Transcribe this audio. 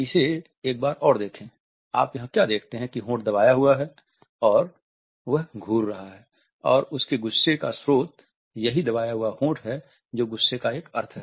इसे एक बार और देखें आप यहाँ क्या देखते हैं कि होंठ दबाया हुआ है और वह घूर रहा है और उसके गुस्से का स्रोत यही दबाया हुआ होंठ है जो गुस्से का एक अर्थ है